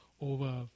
over